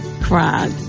cried